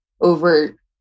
over